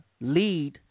lead